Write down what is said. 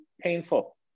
painful